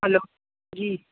hello जी